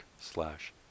slash